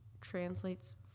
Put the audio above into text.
translates